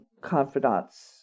confidants